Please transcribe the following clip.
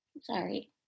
Sorry